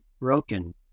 broken